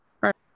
Right